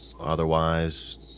otherwise